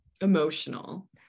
emotional